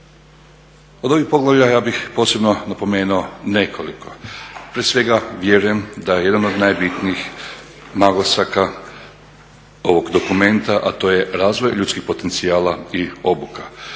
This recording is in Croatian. Od ovih poglavlja ja bih posebno napomenuo nekoliko. Prije svega vjerujem da je jedan od najbitnijih naglasaka ovog dokumenta, a to je razvoj ljudskih potencijala i obuka.